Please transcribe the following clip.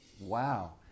Wow